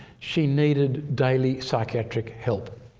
she needed daily psychiatric help.